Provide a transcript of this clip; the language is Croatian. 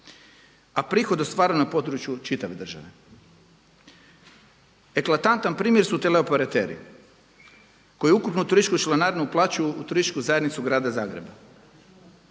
a prihod ostvaren na području čitave države. Eklatantan primjer su teleoperateri koji ukupno turističku uplaćuju u turističku zajednicu grada Zagreba.